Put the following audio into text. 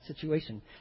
situation